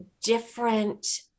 different